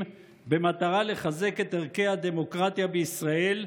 במטרה לחזק את ערכי הדמוקרטיה בישראל,